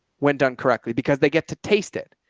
when done correctly? because they get to taste it.